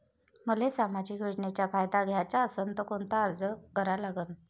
मले सामाजिक योजनेचा फायदा घ्याचा असन त कोनता अर्ज करा लागन?